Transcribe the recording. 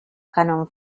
cannon